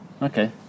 Okay